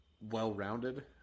well-rounded